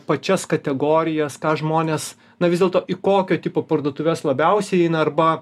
pačias kategorijas ką žmonės na vis dėlto į kokio tipo parduotuves labiausiai eina arba